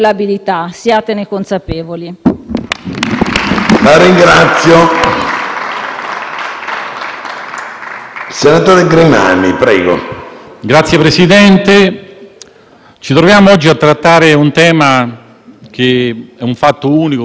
finestra") *(PD)*. Signor Presidente, ci troviamo oggi a trattare un tema che è un fatto unico per la storia repubblicana: il tribunale dei Ministri ha chiesto l'autorizzazione a procedere